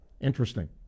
Interesting